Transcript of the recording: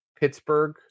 Pittsburgh